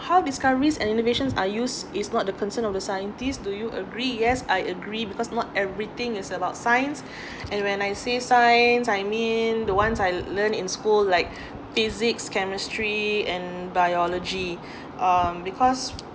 how discoveries and innovations are used is not the concern of the scientists do you agree yes I agree because not everything is about science and when I say science I mean the ones I learn in school like physics chemistry and biology um because